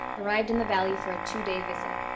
arrived in the valley for a two-day visit.